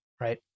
right